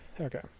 Okay